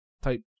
type